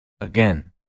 Again